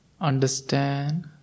Understand